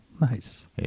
Nice